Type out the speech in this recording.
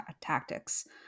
tactics